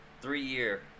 three-year